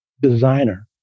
designer